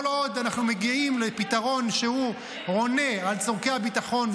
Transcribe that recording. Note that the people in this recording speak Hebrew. כל עוד אנחנו מגיעים לפתרון שהוא עונה על צורכי הביטחון,